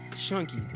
Chunky